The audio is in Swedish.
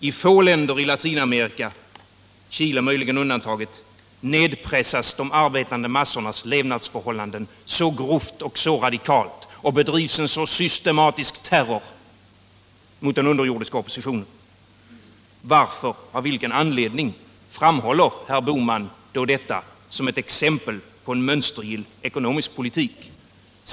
I få länder i Latinamerika — Chile möjligen undantaget — nedpressas de arbetande massornas levnadsförhållanden så grovt och så radikalt och bedrivs en så systematisk terror mot den un derjordiska oppositionen. Av vilken anledning framhåller herr Bohman detta som ett exempel på en mönstergill ekonomisk politik?